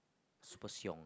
super siong